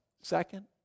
second